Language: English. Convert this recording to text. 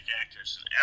actors